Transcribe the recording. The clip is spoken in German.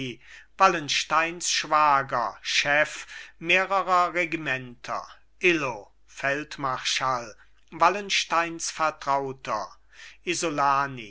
wallensteins schwager chef mehrerer regimenter illo feldmarschall wallensteins vertrauter isolani